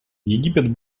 египет